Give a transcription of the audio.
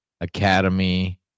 Academy